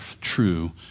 true